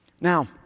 Now